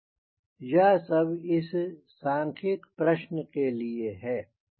यह सब इस सांख्यिक प्रश्न के लिए है